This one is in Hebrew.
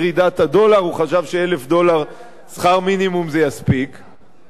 הוא חשב ש-1,000 דולר יספיקו לשכר מינימום.